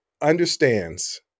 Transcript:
understands